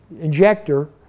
injector